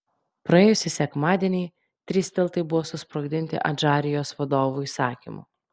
praėjusį sekmadienį trys tiltai buvo susprogdinti adžarijos vadovų įsakymu